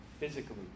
Physically